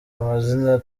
amazina